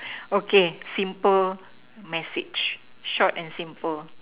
okay simple message short and simple